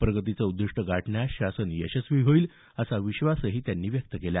प्रगतीचे उद्दिष्ट गाठण्यास शासन यशस्वी होईल असा विश्वासही त्यांनी व्यक्त केला